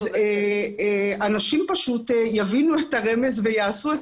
אז אנשים פשוט יבינו את הרמז ויעשו את